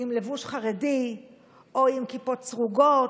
עם לבוש חרדי או עם כיפות סרוגות,